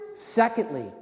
Secondly